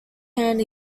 hand